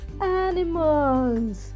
animals